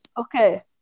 Okay